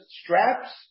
straps